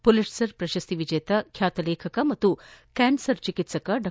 Pulitzer ಪ್ರಶಸ್ತಿ ವಿಜೇತ ಖ್ಯಾತ ಲೇಖಕ ಮತ್ತು ಕ್ಯಾನ್ಸರ್ ಚಿಕಿತ್ಸಕ ಡಾ